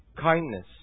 kindness